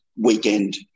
weekend